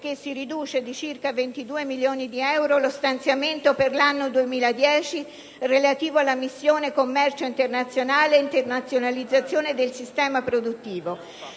perché si riduce di circa 22 milioni di euro lo stanziamento per l'anno 2010 relativo alla missione «Commercio internazionale e internazionalizzazione del sistema produttivo»;